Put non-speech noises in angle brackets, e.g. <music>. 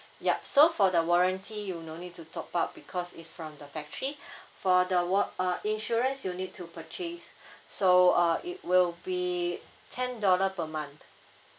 yup so for the warranty you no need to top up because is from the factory <breath> for the wa~ uh insurance you need to purchase <breath> so uh it will be ten dollar per month